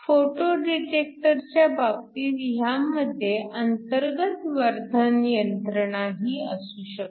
photo डिटेक्टरच्या बाबतीत ह्यामध्ये अंतर्गत वर्धन यंत्रणाही असू शकते